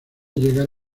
llegar